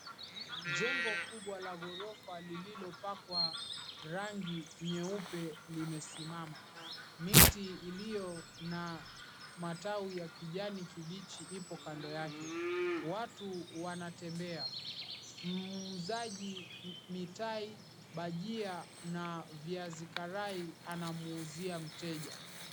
Jengo kubwa la ghorofa lililopakwa rangi nyeupe limesimama. Miti iliyo na matawi ya kijani kibichi ipo kando yake, watu wanatembea. Muuzaji mitai, bajia na viazi karai anamuuzia mteja.